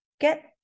get